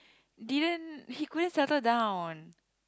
didn't he couldn't settle down